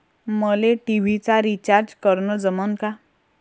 मले टी.व्ही चा रिचार्ज करन जमन का?